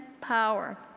power